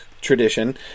tradition